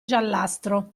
giallastro